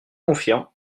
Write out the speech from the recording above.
confirme